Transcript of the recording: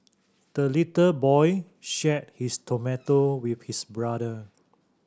the little boy shared his tomato with his brother